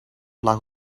lag